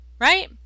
right